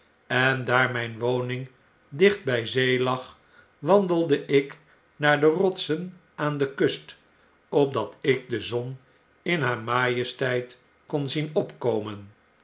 en daar myn woning dicht by zee lag wandelde ik naar de rotsen aan de kust opdatik de zon in haar majesteit kon zien opkomen